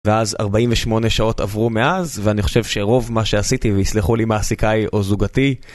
ואז 48 שעות עברו מאז, ואני חושב שרוב מה שעשיתי ויסלחו לי מעסיקיי או זוגתי